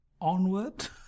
Onward